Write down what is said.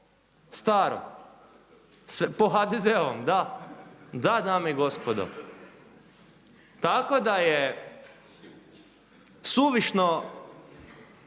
… po HDZ-ovom, da, da dame i gospodo. Tako da je suvišno